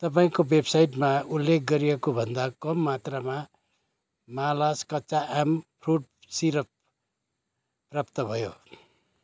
तपाईँको वेबसाइटमा उल्लेख गरिएकोभन्दा कम मात्रामा मालास् कच्चा आम फ्रुट सिरप प्राप्त भयो